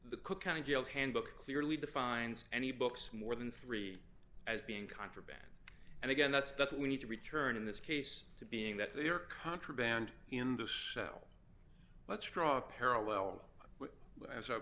the cook county jail handbook clearly defines any books more than three as being contraband and again that's that's what we need to return in this case to being that they are contraband in the cell let's draw a parallel as i've